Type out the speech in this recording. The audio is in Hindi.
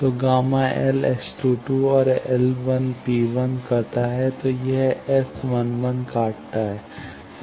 तो Γ L S22 और L P करता है तो यह S 11 काटता है